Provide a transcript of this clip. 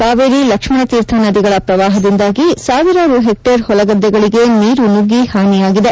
ಕಾವೇರಿ ಲಕ್ಸಣತೀರ್ಥ ನದಿಗಳ ಪ್ರವಾಹದಿಂದಾಗಿ ಸಾವಿರಾರು ಹೆಕ್ಟೇರ್ ಹೊಲಗದ್ದೆಗಳಿಗೆ ನೀರು ನುಗ್ಗಿ ಹಾನಿಯಾಗಿದೆ